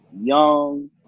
young